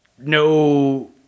No